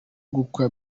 gukwa